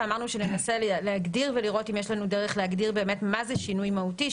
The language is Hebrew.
אמרנו שננסה להגדיר ולראות אם יש לנו דרך להגדיר מה זה שינוי מהותי,